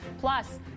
Plus